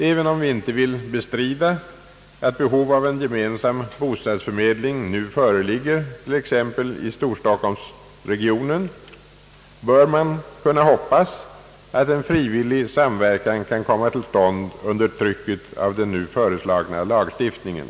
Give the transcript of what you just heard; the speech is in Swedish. Även om vi inte vill bestrida att behov av en gemensam bostadsförmedling nu föreligger t.ex. i storstockholmsregionen bör man kunna hoppas att en frivillig samverkan kan komma till stånd under trycket av den föreslagna lagstiftningen.